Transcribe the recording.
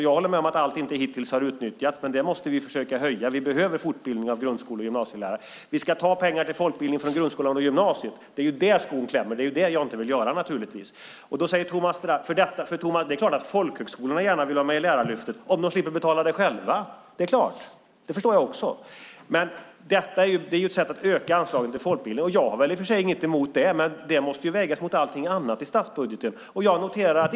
Jag håller med om att inte allt har utnyttjats hittills, men det måste vi försöka höja. Vi behöver fortbildning av grundskole och gymnasielärare. Vi ska ta pengar till folkbildning från grundskolan och gymnasiet, tycker Thomas Strand. Det är där skon klämmer. Det vill jag naturligtvis inte göra. Det är klart att folkhögskolorna gärna vill vara med i Lärarlyftet om de slipper betala det själva. Det förstår jag också. Det är ett sätt att öka anslagen till folkbildningen. Jag har i och för sig inget emot det, men det måste vägas mot allting annat i statsbudgeten.